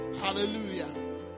Hallelujah